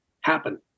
happen